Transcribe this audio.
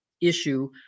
issue